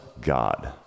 God